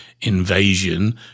invasion